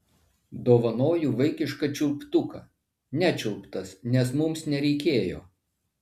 dovanoju vaikišką čiulptuką nečiulptas nes mums nereikėjo